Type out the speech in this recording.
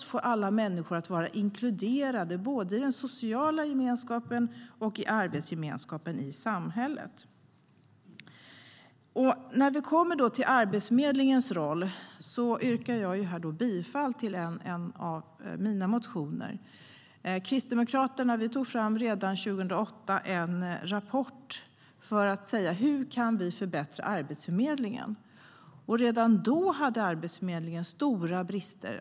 Vi måste få alla människor att vara inkluderade i den sociala gemenskapen och i arbetsgemenskapen i samhället. Jag kommer nu till Arbetsförmedlingens roll och yrkar bifall till en av mina motioner. Kristdemokraterna tog redan 2008 fram en rapport om hur vi kan förbättra Arbetsförmedlingen. Redan då hade Arbetsförmedlingen stora brister.